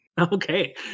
Okay